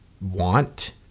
want